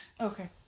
Okay